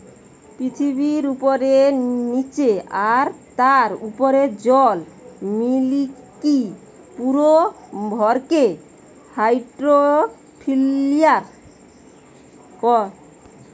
পৃথিবীর উপরে, নীচে আর তার উপরের জল মিলিকি পুরো ভরকে হাইড্রোস্ফিয়ার কয়